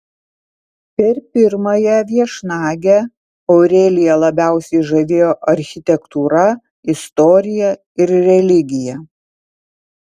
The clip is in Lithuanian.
per pirmąją viešnagę aureliją labiausiai žavėjo architektūra istorija ir religija